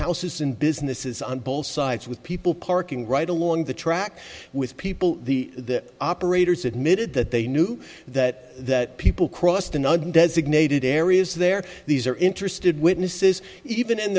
houses and businesses on both sides with people parking right along the track with people the operators admitted that they knew that that people cross the nug designated areas there these are interested witnesses even in